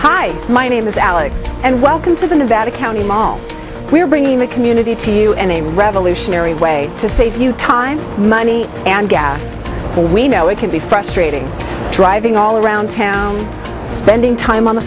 hi my name is alex and welcome to the nevada county mall we're bringing the community to you and a revolutionary way to save you time money and gas before we know it can be frustrating driving all around town spending time on the